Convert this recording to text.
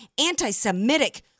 anti-Semitic